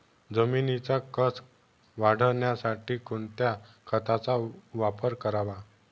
जमिनीचा कसं वाढवण्यासाठी कोणत्या खताचा वापर करावा?